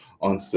on